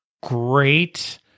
great